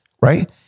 right